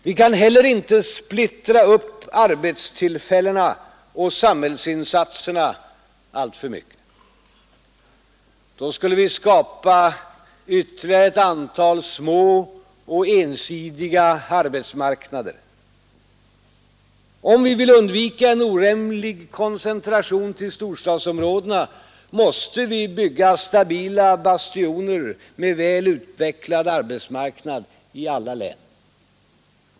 Vi kan inte heller splittra upp arbetstillfällena och samhällsinsatserna alltför mycket. Då skulle vi skapa ytterligare ett antal små och ensidiga arbetsmarknader. Om vi vill undvika en orimlig koncentration till storstadsområdena måste vi bygga stabila bastioner med väl utvecklad arbetsmarknad i alla län.